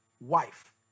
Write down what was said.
wife